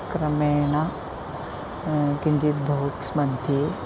क्रमेण किञ्चित् बोक्स्मध्ये